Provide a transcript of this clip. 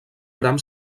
bram